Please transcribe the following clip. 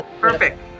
perfect